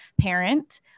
parent